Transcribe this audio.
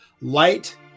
Light